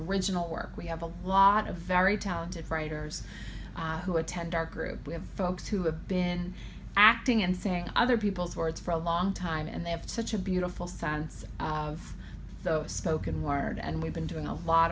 original work we have a lot of very talented writers who attend our group we have folks who have been acting and saying other people's words for a long time and they have such a beautiful sunset though spoken word and we've been doing a lot